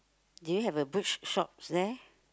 do you have a shops there